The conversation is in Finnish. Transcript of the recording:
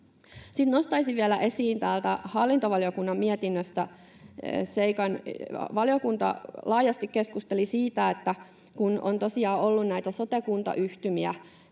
nostaisin vielä esiin täältä hallintovaliokunnan mietinnöstä yhden seikan. Valiokunta laajasti keskusteli siitä, että kun on tosiaan ollut näitä sote-kuntayhtymiä,